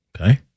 Okay